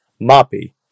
Moppy